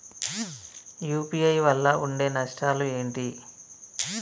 UPI వల్ల ఉండే నష్టాలు ఏంటి??